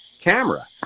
camera